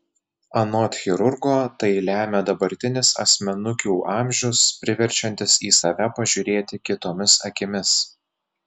anot chirurgo tai lemia dabartinis asmenukių amžius priverčiantis į save pažiūrėti kitomis akimis